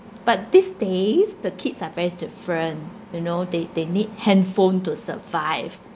but these days the kids are very different you know they they need handphone to survive